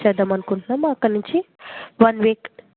okay అండి మీరు కొంచెం లెటర్ రాసి నాకు పెట్టండి